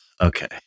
Okay